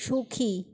সুখী